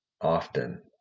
often